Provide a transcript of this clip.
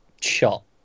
shot